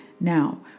Now